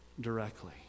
directly